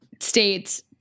states